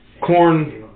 Corn